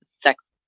sex